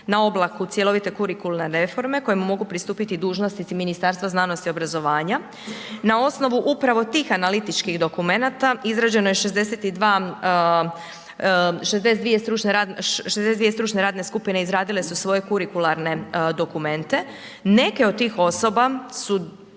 na oblaku cjelovite Kurikularne reforme kojem mogu pristupiti dužnosnici Ministarstva znanosti i obrazovanja. Na osnovu upravo tih analitičkih dokumenata izrađen je 62, 62 radne skupine izradile su svoje kurikularne dokumente. Neke od tih osoba su